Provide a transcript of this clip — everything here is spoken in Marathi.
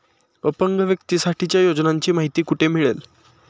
अपंग व्यक्तीसाठीच्या योजनांची माहिती कुठे मिळेल?